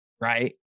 right